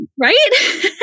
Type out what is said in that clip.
right